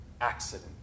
accident